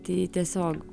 tai tiesiog